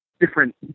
different